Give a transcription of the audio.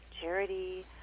charity